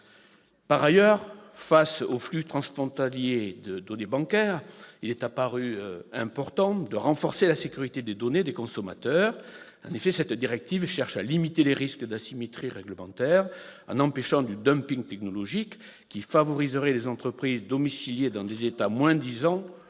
Par ailleurs, face aux flux transfrontaliers de données bancaires, il est apparu important de renforcer la sécurité des données des consommateurs. En effet, cette directive cherche à limiter les risques d'asymétrie réglementaire, en empêchant du dumping technologique qui favoriserait les entreprises domiciliées dans des États moins-disants